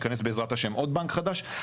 ייכנס בעזרת ה' עוד בנק חדש,